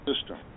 system